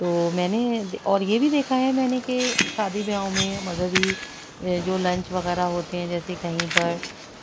تو میں نے اور یہ بھی دیکھا ہے میں نے کہ شادی بیاہوں میں مذہبی جو لنچ وغیرہ ہوتے ہیں جیسے کہیں پر